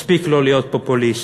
מספיק לא להיות פופוליסט.